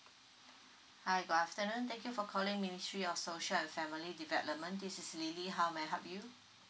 hi good afternoon thank you for calling ministry of social and family development this is lily how may I help you